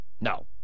No